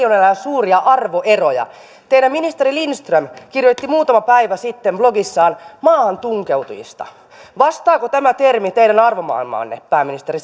ole enää suuria arvoeroja teidän ministerinne lindström kirjoitti muutama päivä sitten blogissaan maahantunkeutujista vastaako tämä termi teidän arvomaailmaanne pääministeri